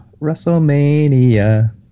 WrestleMania